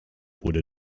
wurde